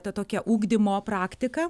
tokia ugdymo praktika